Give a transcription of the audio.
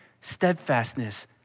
steadfastness